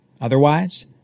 Otherwise